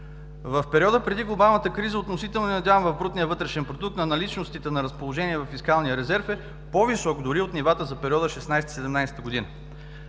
В периода преди глобалната криза относителният дял в брутния вътрешен продукт на наличностите на разположение във фискалния резерв е по-висок дори от нивата за периода 2016 г.